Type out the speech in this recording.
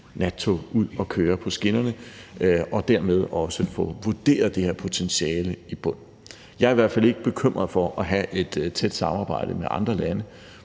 ud at køre på skinnerne og dermed også få vurderet det her potentiale til bunds. Jeg er i hvert fald ikke bekymret for at have et tæt samarbejde med andre lande,